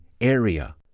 area